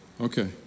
okay